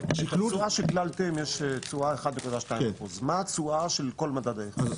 בתשואה שקללתם יש תשואה של 1.2%. מה התשואה של כל מדד הייחוס?